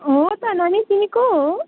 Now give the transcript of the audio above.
हो त नानी तिमी को हो